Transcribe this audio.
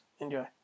Enjoy